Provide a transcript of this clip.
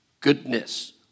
goodness